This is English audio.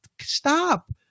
Stop